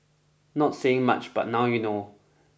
not saying much but now you know